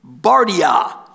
Bardia